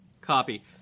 copy